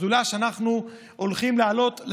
ישיבת שדולה שאנחנו הולכים להעלות בה על